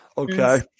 Okay